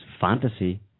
fantasy